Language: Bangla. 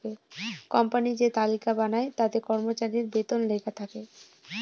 কোম্পানি যে তালিকা বানায় তাতে কর্মচারীর বেতন লেখা থাকে